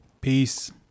Peace